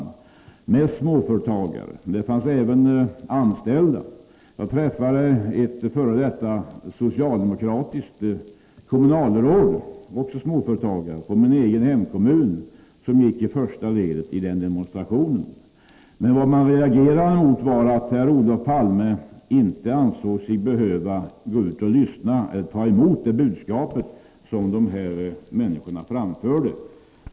Det var mest småföretagare, men det fanns även anställda. Jag träffade ett före detta socialdemokratiskt kommunalråd — också småföretagare — från min egen hemkommun, som gick i första ledet i demonstrationen. Vad man reagerade mot var att Olof Palme inte ansåg sig behöva gå ut och ta emot det budskap de här människorna framförde.